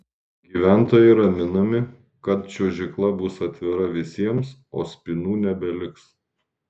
gyventojai raminami kad čiuožykla bus atvira visiems o spynų nebeliks